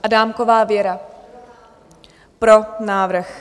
Adámková Věra: Pro návrh.